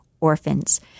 orphans